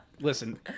Listen